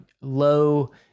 low